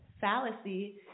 fallacy